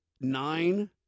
nine